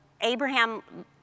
Abraham